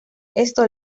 esto